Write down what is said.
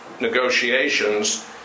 negotiations